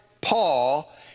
Paul